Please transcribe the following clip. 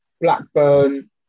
Blackburn